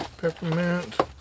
Peppermint